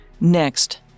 Next